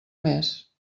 més